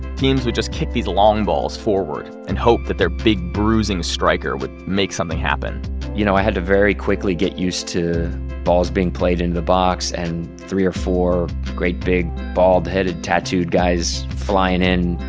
teams would just kick these long balls forward and hope that their big, bruising striker would make something happen you know i had to very quickly get used to balls being played into the box and three or four great, big, bald-headed, tattooed guys flying in,